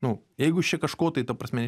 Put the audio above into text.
nu jeigu jūs čia kažko tai ta prasme